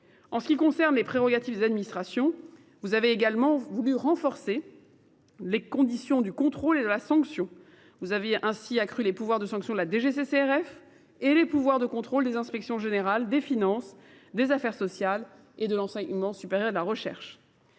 En ce qui concerne les prérogatives des administrations, vous avez également voulu renforcer les conditions du contrôle et la sanction. Vous avez ainsi accru les pouvoirs de sanction de la DGCCRF et les pouvoirs de contrôle des inspections générales des finances, des affaires sociales et de l’enseignement supérieur et de la recherche.